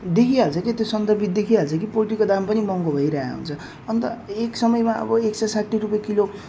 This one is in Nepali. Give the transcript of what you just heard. देखिहाल्छ के त्यो सन्दर्भित देखिहाल्छ के त्यो पोल्ट्रीको दाम पनि महँगो भइरहेको हुन्छ अन्त एक समयमा अब एक सय साठी रुप्पे किलो